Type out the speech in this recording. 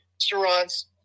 restaurants